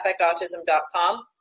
affectautism.com